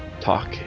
talk